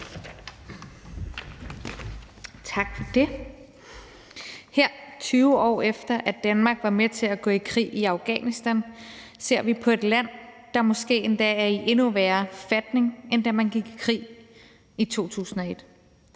Tak for det. Her 20 år efter at Danmark var med til at gå i krig i Afghanistan, ser vi på et land, der måske endda er i en endnu værre forfatning, end da man gik i krig i 2001.